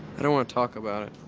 i don't want to talk about it.